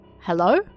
Hello